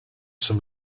some